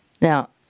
Now